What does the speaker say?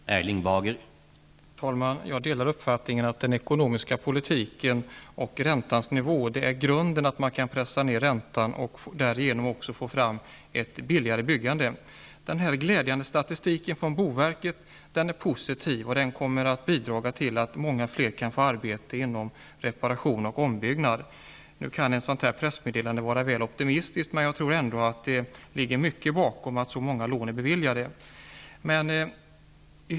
Herr talman! Jag delar uppfattningen att den ekonomiska politiken och räntans nivå är grunden. Det är grundläggande att man kan pressa ner räntan och därigenom få fram ett billigare byggande. Den glädjande statistiken från boverket är positiv. Den kommer att bidra till att många fler kan få arbete med reparationer och ombyggnader. Nu kan ett pressmeddelande av detta slag vara väl optimistiskt. Jag tror ändå att det ligger mycket bakom att så många lån är beviljade.